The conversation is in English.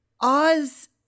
Oz